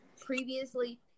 previously